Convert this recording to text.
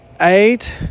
eight